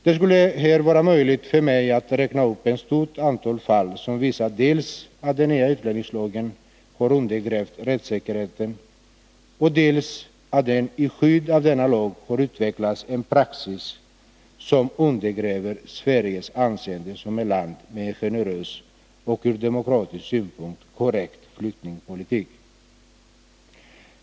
Det skulle vara möjligt för mig att räkna upp ett stort antal fall som visar dels att den nya utlänningslagen har undergrävt rättssäkerheten, dels att det i skydd av denna lag har utvecklats en praxis som undergräver Sveriges anseende som ett land med en generös och ur demokratisk synpunkt korrekt flyktingpolitik.